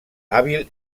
hàbil